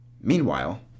Meanwhile